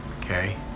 okay